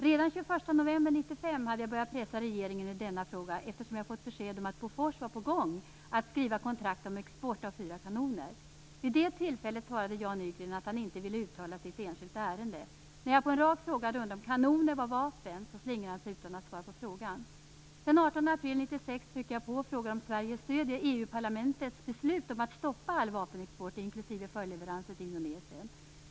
Redan den 21 november 1995 hade jag börjat pressa regeringen i denna fråga, eftersom jag fått besked om att Bofors var på gång att skriva kontrakt om export av fyra kanoner. Vid det tillfället svarade Jan Nygren att han inte ville uttala sig i ett enskilt ärende. När jag i en rak fråga undrade om kanoner var vapen slingrade han sig utan att svara på frågan. Den 18 april 1996 tryckte jag på och frågade om Sverige stöder EU-parlamentets beslut om att stoppa all vapenexport inklusive följdleveranser till Indonesien.